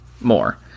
more